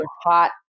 hot